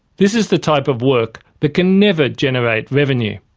this is the type of work that can never generate revenue.